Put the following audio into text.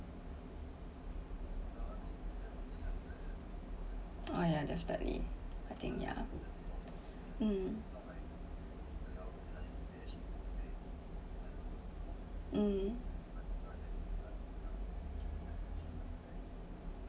uh yeah definitely I think yeah um um